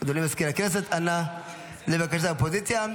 לבקשת האופוזיציה.